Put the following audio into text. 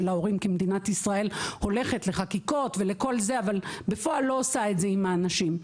כי מדינת ישראל הולכת לחקיקות אבל בפועל לא עושה את זה עם האנשים.